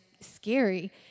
scary